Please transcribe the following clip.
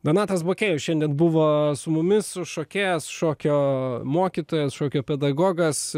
donatas bakėjus šiandien buvo su mumis šokėjas šokio mokytojas šokio pedagogas